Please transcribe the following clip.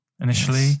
initially